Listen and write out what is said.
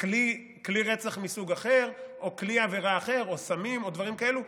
כלי רצח מסוג אחר או כלי עבירה אחר או סמים או דברים כאלה,